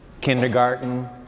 kindergarten